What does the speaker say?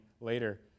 later